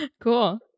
Cool